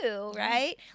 right